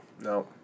no